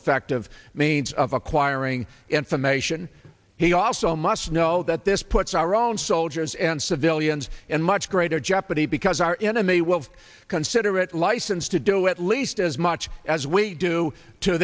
effective means of acquiring information he also must know that this puts our own soldiers and civilians in much greater jeopardy because our enemy will considerate license to do at least as much as we do to